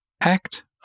act